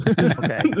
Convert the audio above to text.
Okay